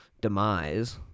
demise